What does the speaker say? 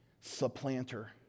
supplanter